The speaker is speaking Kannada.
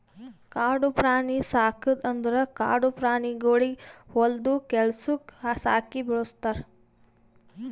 ಕಾಡು ಪ್ರಾಣಿ ಸಾಕದ್ ಅಂದುರ್ ಕಾಡು ಪ್ರಾಣಿಗೊಳಿಗ್ ಹೊಲ್ದು ಕೆಲಸುಕ್ ಸಾಕಿ ಬೆಳುಸ್ತಾರ್